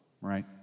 right